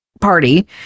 party